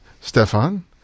Stefan